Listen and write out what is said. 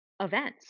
events